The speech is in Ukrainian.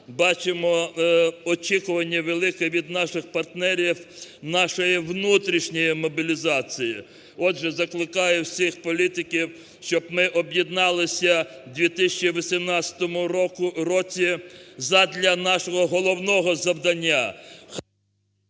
бачимо очікування велике від наших партнерів нашої внутрішньої мобілізації. Отже, закликаю всіх політиків, щоб ми об'єдналися у 2018 році задля нашого головного завдання…